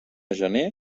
gener